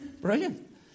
brilliant